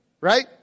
right